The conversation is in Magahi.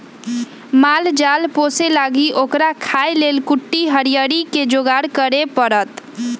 माल जाल पोशे लागी ओकरा खाय् लेल कुट्टी हरियरी कें जोगार करे परत